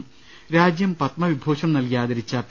ട രാജ്യം പത്മവിഭൂഷൺ നൽകി ആദരിച്ച പി